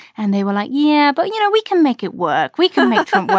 and they were like, yeah, but, you know, we can make it work. we can make some.